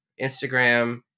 Instagram